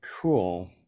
cool